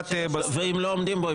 ואם לא עומדים בו,